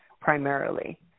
primarily